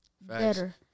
Better